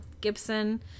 Gibson